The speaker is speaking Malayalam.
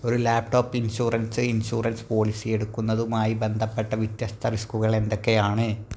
ഒരു ലാപ്ടോപ്പ് ഇൻഷുറൻസ് ഇൻഷുറൻസ് പോളിസി എടുക്കുന്നതുമായി ബന്ധപ്പെട്ട വ്യത്യസ്ത റിസ്കുകൾ എന്തൊക്കെയാണ്